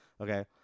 okay